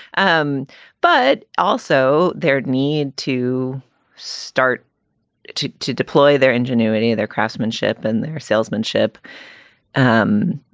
um but also there need to start to to deploy their ingenuity, their craftsmanship and their salesmanship um